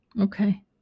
Okay